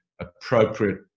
appropriate